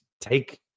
take